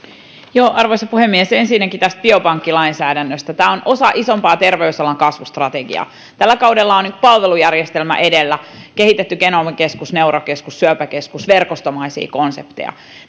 minuutti arvoisa puhemies ensinnäkin biopankkilainsäädännöstä tämä on osa isompaa terveysalan kasvustrategiaa tällä kaudella on palvelujärjestelmä edellä kehitetty genomikeskus neurokeskus syöpäkeskus verkostomaisia konsepteja